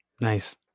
Nice